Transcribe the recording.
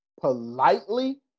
politely